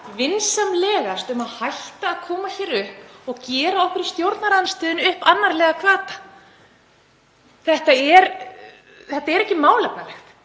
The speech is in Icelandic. vinsamlegast um að hætta að koma hér upp og gera okkur í stjórnarandstöðunni upp annarlegar hvatir. Þetta er ekki málefnalegt.